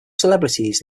celebrities